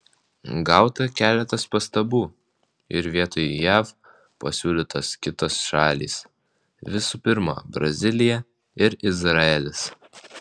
gauta keletas pastabų ir vietoj jav pasiūlytos kitos šalys visų pirma brazilija ir izraelis